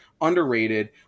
underrated